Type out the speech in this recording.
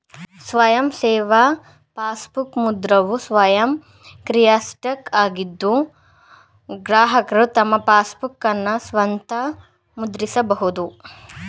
ಸ್ವಯಂ ಸೇವಾ ಪಾಸ್ಬುಕ್ ಮುದ್ರಕವು ಸ್ವಯಂ ಕಿಯೋಸ್ಕ್ ಆಗಿದ್ದು ಗ್ರಾಹಕರು ತಮ್ಮ ಪಾಸ್ಬುಕ್ಅನ್ನ ಸ್ವಂತ ಮುದ್ರಿಸಬಹುದು